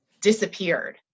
disappeared